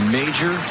major